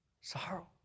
sorrow